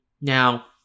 Now